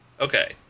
okay